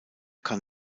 kann